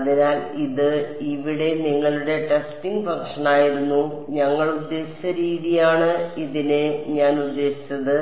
അതിനാൽ ഇത് ഇവിടെ നിങ്ങളുടെ ടെസ്റ്റിംഗ് ഫംഗ്ഷനായിരുന്നു ഞങ്ങൾ ഉദ്ദേശിച്ച രീതിയാണ് ഇതിന് ഞാൻ ഉദ്ദേശിച്ചത്